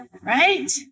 Right